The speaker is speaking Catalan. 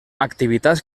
activitats